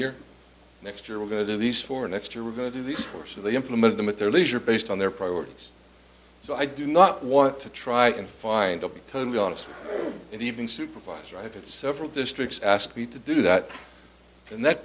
year next year we're going to do these for next year we're going to do this or so they implement them at their leisure based on their priorities so i do not want to try and find a totally honest and even supervisor i have had several districts ask me to do that and that